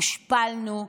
הושפלנו,